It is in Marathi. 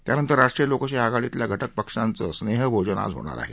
त्यानंतर राष्ट्रीय लोकशाही आघाडीतल्या घटक पक्षांचं स्नेह भोजन आज होणार आहे